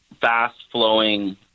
fast-flowing